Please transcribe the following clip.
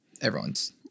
everyone's